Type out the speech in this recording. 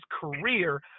career